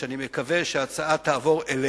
שאני מקווה שההצעה תעבור אליה,